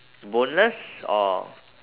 boneless or